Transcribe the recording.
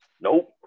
nope